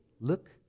look